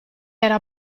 era